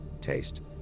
taste